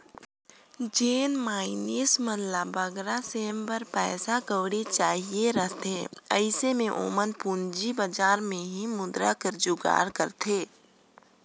जेन मइनसे मन ल बगरा समे बर पइसा कउड़ी चाहिए रहथे अइसे में ओमन पूंजी बजार में ही मुद्रा कर जुगाड़ करथे